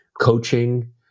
coaching